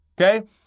okay